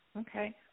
Okay